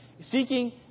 Seeking